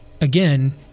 Again